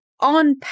On